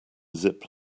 zip